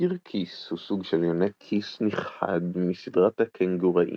טפיר כיס הוא סוג של יונק כיס נכחד מסדרת הקנגוראים